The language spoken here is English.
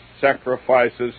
sacrifices